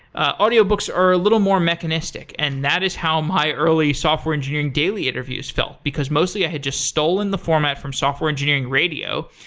ah audiobooks are a little more mechanistic, and that is how my early software engineering daily interviews felt, because, mostly, i had just stolen the format from software engineering radio,